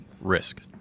risk